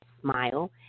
smile